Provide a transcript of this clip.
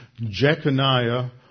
Jeconiah